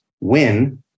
win